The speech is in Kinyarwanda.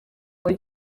muri